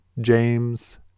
James